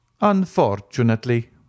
Unfortunately